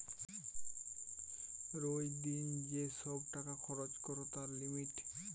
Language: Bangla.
রোজ দিন যেই সব টাকা খরচ করে তার লিমিট